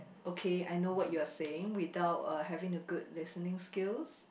okay I know what you're saying without uh having a good listening skills